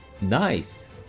nice